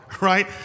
right